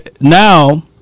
now